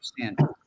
understand